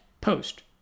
post